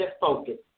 focus